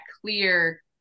clear